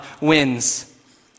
wins